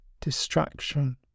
distraction